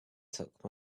took